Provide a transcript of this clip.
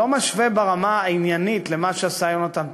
לא משווה ברמה העניינית למה שעשה יונתן פולארד.